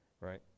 right